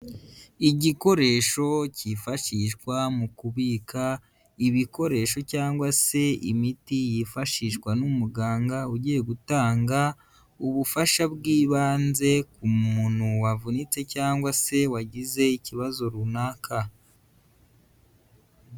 Igikoresho cyifashishwa mu kubika ibikoresho cyangwa se imiti yifashishwa n'umuganga, ugiye gutanga ubufasha bw'ibanze ku muntu wavunitse cyangwa se wagize ikibazo runaka.